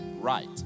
right